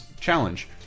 challenge